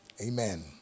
Amen